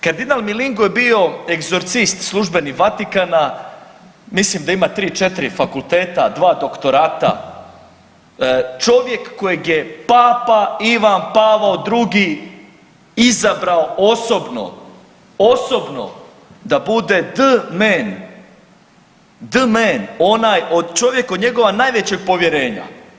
Kardilal Milingo je bio egzorcist službenik Vatikana, mislim da ima 3-4 fakulteta, dva doktorata, čovjek kojeg je papa Ivan Pavao II izabrao osobno, osobno da bude d-men, d-men, onaj od, čovjek od njegova najvećeg povjerenja.